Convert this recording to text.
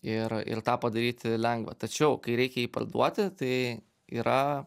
ir ir tą padaryti lengva tačiau kai reikia parduoti tai yra